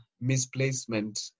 misplacement